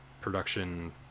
production